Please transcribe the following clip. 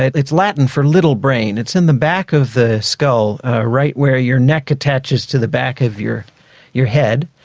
it's latin for little brain, it's in the back of the skull right where your neck attaches to the back of your your head,